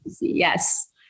Yes